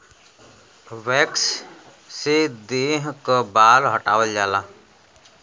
wax से देह क बाल हटावल जाला